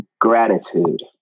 Gratitude